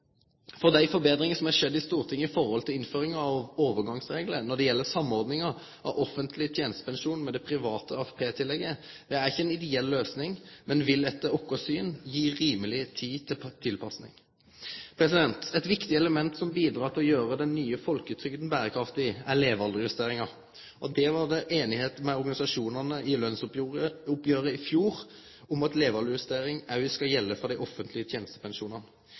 framtida. Dei forbetringane som har skjedd i Stortinget når det gjeld innføring av overgangsreglar som gjeld samordninga av offentleg tenestepensjon med det private AFP-tillegget, er ikkje ei ideell løysing, men vil, etter vårt syn, gi rimeleg tid til tilpassing. Eit viktig element som bidreg til å gjere den nye folketrygda berekraftig, er levealdersjusteringa. Det var einigheit med organisasjonane i lønsoppgjeret i fjor om at levealdersjustering òg skal gjelde for dei offentlege tenestepensjonane.